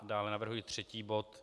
Dále navrhuji třetí bod.